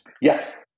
yes